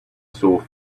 sore